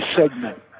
segment